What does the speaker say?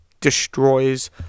destroys